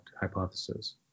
hypothesis